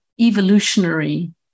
evolutionary